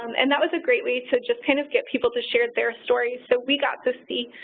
um and that was a great way to just kind of get people to share their stories. so we got to see.